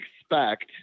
expect